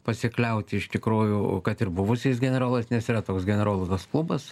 pasikliauti iš tikrųjų kad ir buvusiais generolais nes yra toks generolų tas klubas